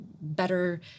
better